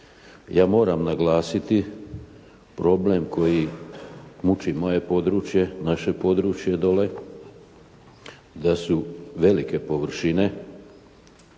Ja moram naglasiti problem koji muči moje područje, naše područje dole da su velike površine